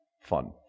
fun